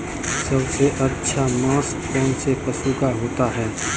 सबसे अच्छा मांस कौनसे पशु का होता है?